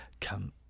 come